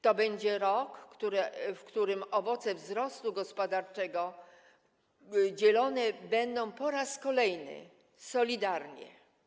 To będzie rok, w którym owoce wzrostu gospodarczego dzielone będą po raz kolejny solidarnie.